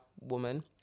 woman